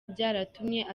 byaratumye